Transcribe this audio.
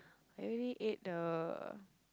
I already ate the